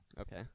Okay